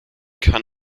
kann